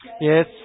yes